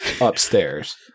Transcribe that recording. upstairs